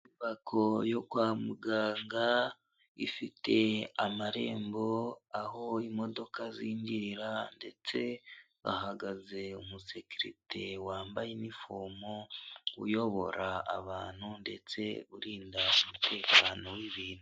Inyubako yo kwa muganga ifite amarembo aho imodoka zinjirira ndetse bahagaze umusekerite wambaye inifomu uyobora abantu ndetse urinda umutekano w'ibintu.